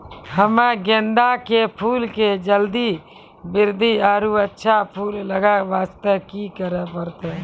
हम्मे गेंदा के फूल के जल्दी बृद्धि आरु अच्छा फूल लगय वास्ते की करे परतै?